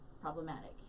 problematic